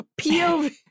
pov